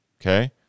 okay